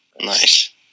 Nice